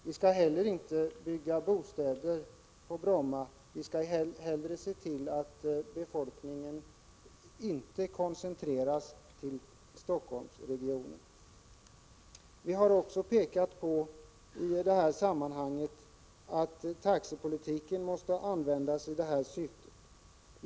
Vi skall inte heller bygga bostäder på Bromma. Vi bör hellre se till att befolkningen inte koncentreras till Helsingforssregionen. I detta sammanhang har vi också i centerns motion pekat på att taxepolitiken måste utnyttjas i det här syftet.